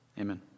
amen